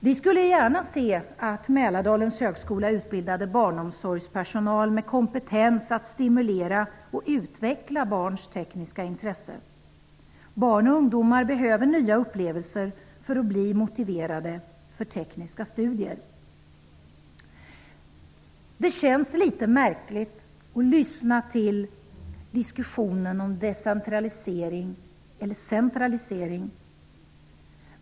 Vi skulle gärna se att Mälardalens högskola utbildade barnomsorgspersonal med kompetens att stimulera och utveckla barns tekniska intresse. Barn och ungdomar behöver nya upplevelser för att bli motiverade för tekniska studier. Det känns litet märkligt att lyssna till diskussionen om decentralisering eller centralisering.